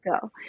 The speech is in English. go